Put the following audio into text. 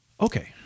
okay